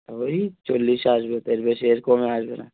ওই চল্লিশ আসবে তো এর বেশি এর কমে আসবে না